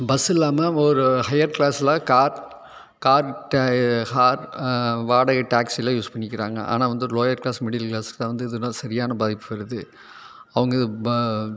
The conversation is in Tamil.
பஸ் இல்லாமல் ஒரு ஹையர் கிளாஸ்லாம் கார் கார் கார் வாடகை டாக்ஸிலாம் யூஸ் பண்ணிக்கிறாங்க ஆனால் வந்து லோயர் கிளாஸ் மிடில் கிளாஸ் தான் வந்து இதுனால் சரியான பாதிப்பு வருது அவங்க இப்போ